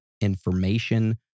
information